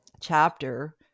chapter